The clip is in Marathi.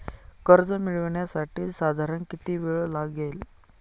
कर्ज मिळविण्यासाठी साधारण किती वेळ लागेल?